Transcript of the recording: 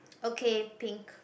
okay pink